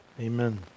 Amen